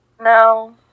No